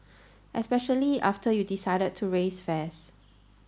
especially after you decided to raise fares